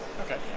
Okay